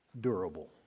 durable